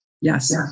Yes